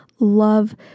love